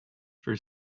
for